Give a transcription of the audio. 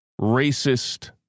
racist